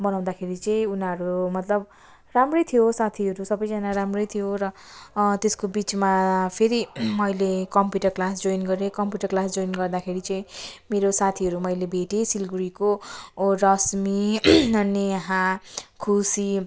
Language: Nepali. बनाउँदाखेरि चाहिँ उनीहरू मतलब राम्रै थियो साथीहरू सबैजना राम्रै थियो र त्यसको बिचमा फेरि मैले कम्प्युटर क्लास जोइन गरेँ कम्प्युटर क्लास जोइन गर्दाखेरि चाहिँ साथीहरू मैले भेटेँ सिलिगुडीको रश्मि नेहा खुसी